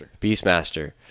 Beastmaster